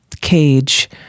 Cage